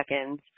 seconds